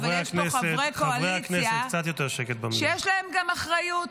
אבל יש פה חברי קואליציה שיש להם גם אחריות.